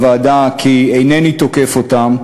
שאינני תוקף אותם.